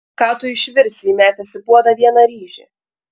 ką tu išvirsi įmetęs į puodą vieną ryžį